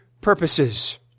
purposes